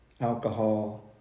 alcohol